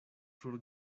sur